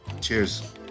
Cheers